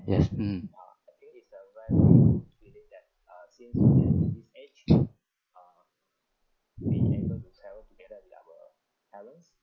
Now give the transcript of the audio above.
yes mm